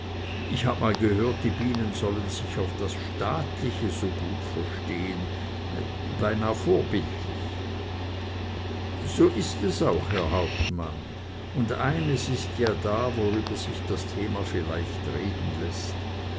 ich habe mal gehört die bienen sollen sich auf das staatliche so gut verstehen beinah vorbildlich so ist es auch herr hauptmann und eines ist ja da worüber sich als thema vielleicht reden läßt